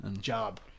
Job